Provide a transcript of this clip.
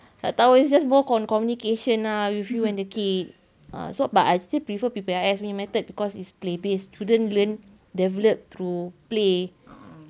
tak tahu it's just more com~ communication ah with you and the kids ah so but I still prefer P_P_R_S nya method because it's play based student learn develop through play